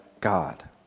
God